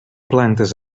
plantes